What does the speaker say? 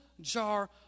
jar